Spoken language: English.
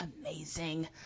amazing